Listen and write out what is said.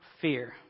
fear